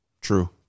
True